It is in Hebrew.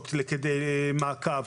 המכולות למעקב,